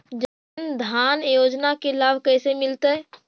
जन धान योजना के लाभ कैसे मिलतै?